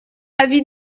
avis